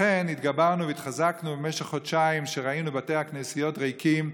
לכן התגברנו והתחזקנו במשך חודשיים כשראינו את בתי הכנסיות ריקים.